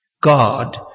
God